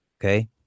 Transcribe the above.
Okay